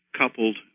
coupled